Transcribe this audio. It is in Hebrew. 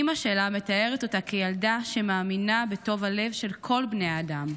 אימא שלה מתארת אותה כילדה שמאמינה בטוב הלב של כל בני האדם.